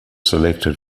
selected